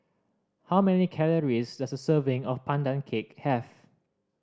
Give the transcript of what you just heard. how many calories does a serving of Pandan Cake have